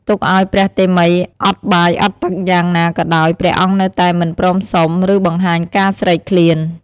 ទុកឱ្យព្រះតេមិយអត់បាយអត់ទឹកយ៉ាងណាក៏ដោយ ព្រះអង្គនៅតែមិនព្រមសុំ ឬបង្ហាញការស្រេកឃ្លាន។